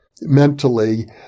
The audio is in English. mentally